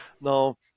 Now